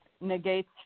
negates